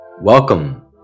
Welcome